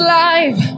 life